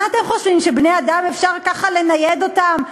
מה אתם חושבים, שבני-אדם אפשר ככה לנייד אותם?